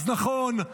אז נכון,